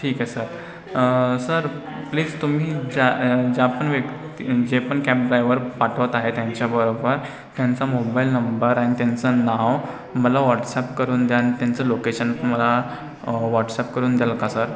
ठीक आहे sir sir please तुम्ही ज्या ज्या पण व्यक्ती जे पण कॅब ड्रायव्हर पाठवत आहे त्यांच्याबरोबर त्यांचा मोबाईल नंबर आणि त्यांचं नाव मला वॉट्सअप करून द्याल त्यांचं लोकेशन मला वॉट्सअप करून द्याल का सर